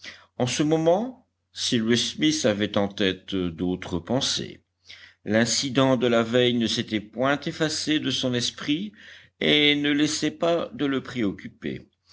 en ce moment cyrus smith avait en tête d'autres pensées l'incident de la veille ne s'était point effacé de son esprit et ne laissait pas de le préoccuper